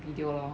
video lor